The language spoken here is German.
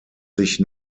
sich